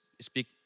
speak